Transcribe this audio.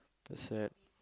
the sad